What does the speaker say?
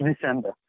December